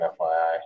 FYI